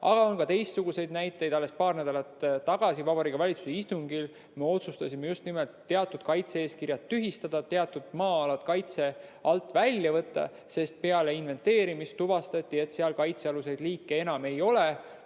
Aga on ka teistsuguseid näiteid. Alles paar nädalat tagasi Vabariigi Valitsuse istungil me otsustasime just nimelt teatud kaitse-eeskirjad tühistada ja teatud maa-alad kaitse alt välja võtta, sest peale inventeerimist tuvastati, et seal kaitsealuseid liike enam ei ole.